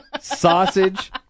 sausage